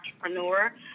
entrepreneur